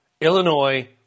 Illinois